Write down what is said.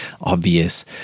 obvious